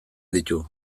ditu